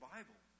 Bible